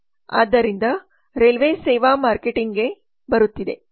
ಆದ್ದರಿಂದ ರೈಲ್ವೆ ಸೇವಾ ಮಾರ್ಕೆಟಿಂಗ್ಗೆ ಬರುತ್ತಿದೆ